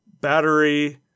battery